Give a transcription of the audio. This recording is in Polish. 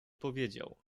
powiedział